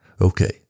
Okay